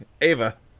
Ava